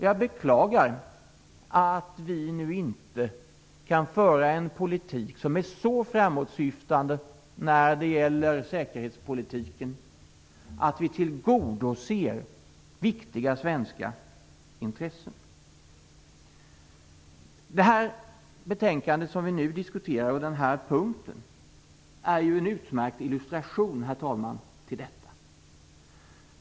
Jag beklagar att vi nu inte kan föra en politik som är så framåtsyftande när det gäller säkerhetspolitiken att vi tillgodoser viktiga svenska intressen. Det betänkande som vi nu diskuterar och denna punkt är ju en utmärkt illustration till detta, herr talman.